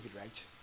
right